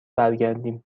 برگردیم